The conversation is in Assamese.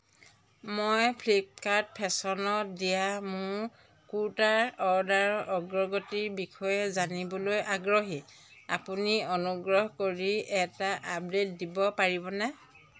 মই ফ্লিপকাৰ্ট ফেশ্বনত দিয়া মোৰ কুৰ্তাৰ অৰ্ডাৰৰ অগ্ৰগতিৰ বিষয়ে জানিবলৈ আগ্ৰহী আপুনি অনুগ্ৰহ কৰি এটা আপডে'ট দিব পাৰিবনে